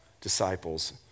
disciples